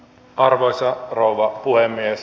arvoisa rouva puhemies